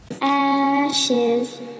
Ashes